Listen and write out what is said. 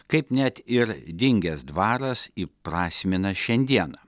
kaip net ir dingęs dvaras įprasmina šiandieną